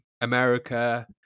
America